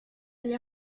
agli